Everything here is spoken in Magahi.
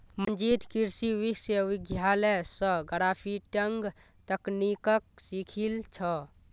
मंजीत कृषि विश्वविद्यालय स ग्राफ्टिंग तकनीकक सीखिल छ